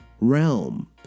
realm